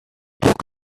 took